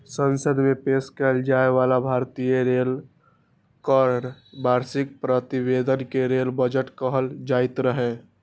संसद मे पेश कैल जाइ बला भारतीय रेल केर वार्षिक प्रतिवेदन कें रेल बजट कहल जाइत रहै